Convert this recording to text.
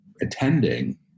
attending